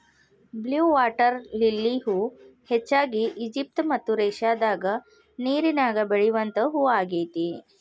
blue water lily ಹೂ ಹೆಚ್ಚಾಗಿ Egypt ಮತ್ತ ಏಷ್ಯಾದಾಗ ನೇರಿನ್ಯಾಗ ಬೆಳಿವಂತ ಹೂ ಆಗೇತಿ